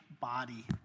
body